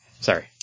Sorry